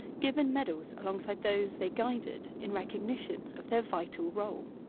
given medals alongside those they guided in recognition of their vital role.